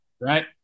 right